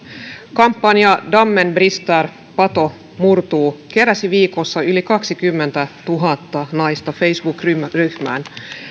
kampanja dammen brister pato murtuu keräsi viikossa yli kaksikymmentätuhatta naista facebook ryhmään ryhmään